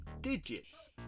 digits